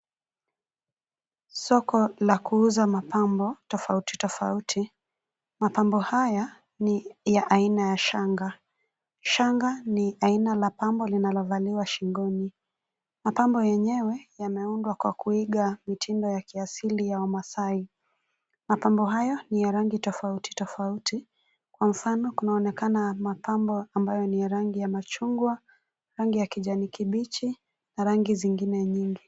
Soko la kuuza mapambo tofauti tofauti. Mapambo haya ni ya aina ya shangaa, shangaa ni aina la pambo linalovaliwa shingoni. Mapambo yenyewe yameundwa kwa kuiga mitindo ya kiasili ya Wamaasai. Mapambo hayo ni ya rangi tofauti tofauti, kwa mfano kunaonekana mapambo ambayo ni ya rangi ya machungwa, rangi ya kijani kibichi na rangi zingine nyingi.